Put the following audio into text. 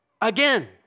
again